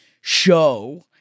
show